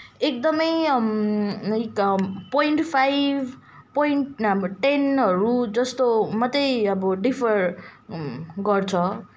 एकदमै like point five point अब टेनहरू जस्तो मात्रै अब डिफर गर्छ